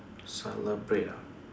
celebrate ah